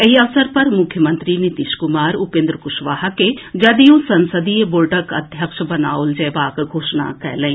एहि अवसर पर मुख्यमंत्री नीतीश कुमार उपेन्द्र कुशवाहा के जदयू संसदीय बोर्डक अध्यक्ष बनाओल जएबाक घोषणा कयलनि